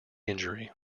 injury